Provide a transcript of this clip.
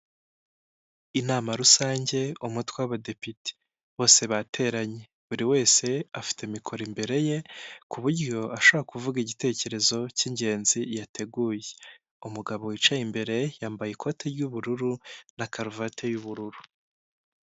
Inama rusange umutwe w'Abadepite bose bateranye, buri wese afite mikoro imbere ye ku buryo ashobora kuvuga igitekerezo cy'ingenzi yateguye, umugabo wicaye imbere yambaye ikote ry'ubururu na karuvati y'ubururu.